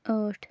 ٲٹھ